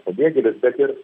pabėgėlius ir